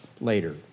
later